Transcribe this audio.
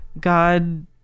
God